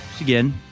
again